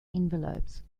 envelopes